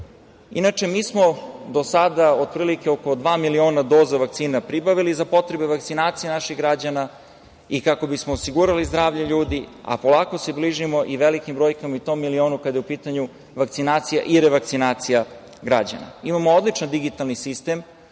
mi smo do sada otprilike oko dva miliona doza vakcina pribavili za potrebe vakcinacije naših građana i kako bismo osigurali zdravlje ljudi, a polako se bližimo i velikim brojkama i tom milionu kada je u pitanju vakcinacija i revakcinacija građana. Imamo odličan digitalni sistem